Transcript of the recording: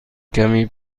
کمی